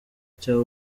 cya